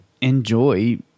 enjoy